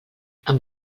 amb